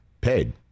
paid